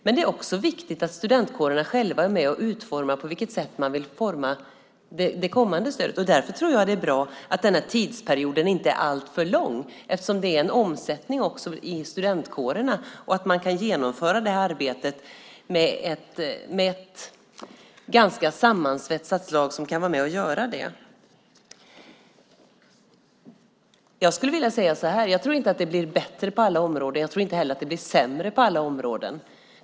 Men det är också viktigt att studentkårerna själva är med och utformar det kommande stödet. Därför tror jag att det är bra att den här tidsperioden inte är alltför lång, eftersom det sker en omsättning också i studentkårerna, så att man kan genomföra det här arbetet med ett ganska sammansvetsat lag. Jag skulle vilja säga så här: Jag tror inte att det blir bättre på alla områden. Jag tror inte heller att det blir sämre på alla områden.